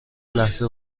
لحظه